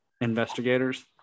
investigators